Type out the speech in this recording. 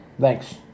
Thanks